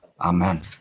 Amen